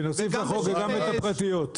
ונוסיף לחוק גם את הפרטיות.